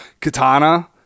Katana